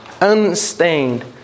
unstained